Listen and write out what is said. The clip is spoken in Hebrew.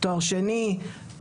תואר שני,